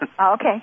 Okay